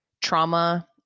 trauma